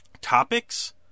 topics